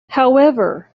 however